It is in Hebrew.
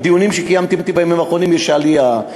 מהדיונים שקיימתי בימים האחרונים, יש עלייה.